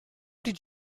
did